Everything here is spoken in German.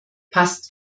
passt